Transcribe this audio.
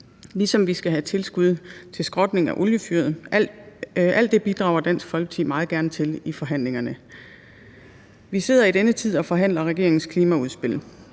ligesom vi skal have tilskud til skrotning af oliefyret. Alt det bidrager Dansk Folkeparti meget gerne til i forhandlingerne. Vi sidder i denne tid og forhandler regeringens klimaudspil.